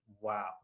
Wow